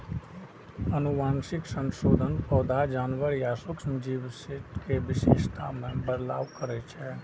आनुवंशिक संशोधन पौधा, जानवर या सूक्ष्म जीव के विशेषता मे बदलाव करै छै